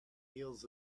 heels